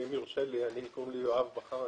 איך הם משלמים את זה בפועל?